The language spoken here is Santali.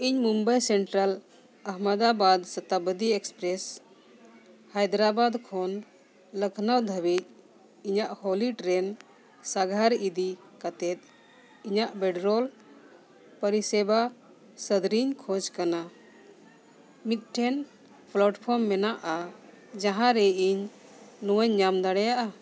ᱤᱧ ᱢᱩᱢᱵᱟᱭ ᱥᱮᱱᱴᱨᱟᱞ ᱟᱦᱢᱮᱹᱫᱟᱵᱟᱫᱽ ᱥᱚᱛᱟᱵᱽᱫᱤ ᱮᱹᱠᱥᱯᱨᱮᱹᱥ ᱦᱟᱭᱫᱨᱟᱵᱟᱫᱽ ᱠᱷᱚᱱ ᱞᱚᱠᱷᱱᱳ ᱫᱷᱟᱹᱵᱤᱡ ᱤᱧᱟᱹᱜ ᱦᱚᱞᱤ ᱴᱨᱮᱹᱱ ᱥᱟᱸᱜᱷᱟᱨ ᱤᱫᱤ ᱠᱟᱛᱮᱫ ᱤᱧᱟᱹᱜ ᱵᱮᱰᱨᱳᱞ ᱯᱚᱨᱤᱥᱮᱵᱟ ᱥᱚᱫᱚᱨᱤᱧ ᱠᱷᱚᱡᱽ ᱠᱟᱱᱟ ᱢᱤᱫᱴᱮᱱ ᱯᱞᱟᱴᱯᱷᱨᱚᱢ ᱢᱮᱱᱟᱜᱼᱟ ᱡᱟᱦᱟᱸ ᱨᱮ ᱤᱧ ᱱᱚᱣᱟᱧ ᱧᱟᱢ ᱫᱟᱲᱮᱭᱟᱜᱼᱟ